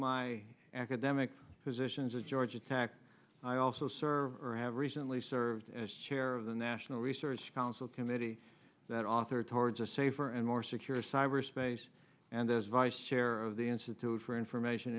my academic positions of georgia tech i also serve or have recently served as chair of the national research council committee that authored towards a safer and more secure cyberspace and those vice chair of the institute for information